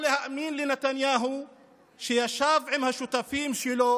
או להאמין לנתניהו שישב עם השותפים שלו